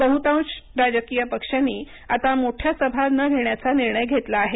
बहुतांश राजकीय पक्षांनी आता मोठ्या सभा न घेण्याचा निर्णय घेतला आहे